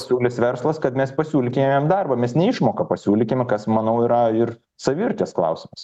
siūlys verslas kad mes pasiūlykim jam darbą mes ne išmoką pasiūlykim kas manau yra ir savivertės klausimas